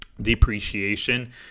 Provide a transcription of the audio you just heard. depreciation